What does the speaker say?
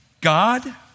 God